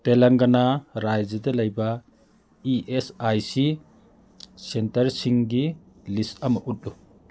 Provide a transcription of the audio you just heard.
ꯇꯦꯂꯪꯒꯅꯥ ꯔꯥꯖ꯭ꯌꯥꯗ ꯂꯩꯕ E S I C ꯁꯦꯟꯇꯔꯁꯤꯡꯒꯤ ꯂꯤꯁ ꯑꯃ ꯎꯠꯂꯨ